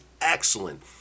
excellent